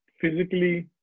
physically